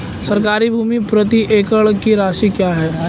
सरकारी भूमि प्रति एकड़ की राशि क्या है?